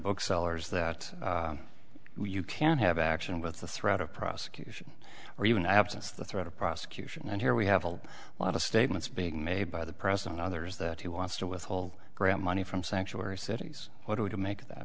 booksellers that you can have action with the threat of prosecution or even absence of the threat of prosecution and here we have a lot of statements being made by the president others that he wants to withhold graham money from sanctuary cities what are we to make that